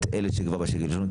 את אלה שכבר משקל ראשון.